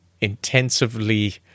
intensively